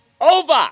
over